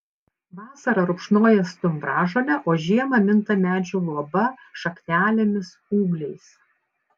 vasarą rupšnoja stumbražolę o žiemą minta medžių luoba šaknelėmis ūgliais